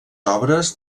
obres